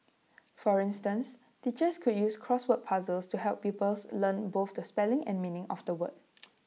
for instance teachers could use crossword puzzles to help pupils learn both the spelling and the meaning of A word